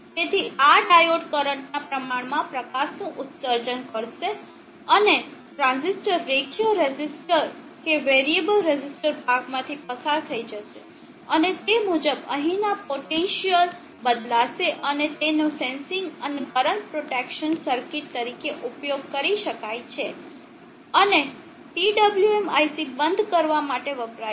તેથી આ ડાયોડ કરંટના પ્રમાણમાં પ્રકાશનું ઉત્સર્જન કરશે અને ટ્રાંઝિસ્ટર રેખીય રેઝિસ્ટર કે વેરીએબલ રેઝિસ્ટર ભાગમાંથી પસાર થઈ જશે અને તે મુજબ અહીંના પોટેન્સિઅલ બદલાશે અને તેનો સેન્સીંગ અને કરંટ પ્રોટેકશન સર્કિટ તરીકે ઉપયોગ કરી શકાય છે અને PWM IC બંધ કરવા માટે વપરાય છે